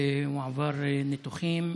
הוא עבר ניתוחים,